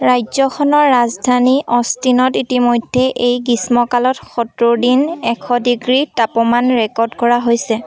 ৰাজ্যখনৰ ৰাজধানী অ'ষ্টিনত ইতিমধ্যে এই গ্ৰীষ্মকালত সত্তৰ দিন এশ ডিগ্ৰী তাপমান ৰেকৰ্ড কৰা হৈছে